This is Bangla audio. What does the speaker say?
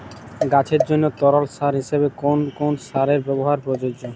গাছের জন্য তরল সার হিসেবে কোন কোন সারের ব্যাবহার প্রযোজ্য?